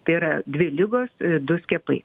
tai yra dvi ligos du skiepai